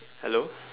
hello